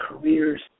careers